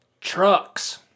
Trucks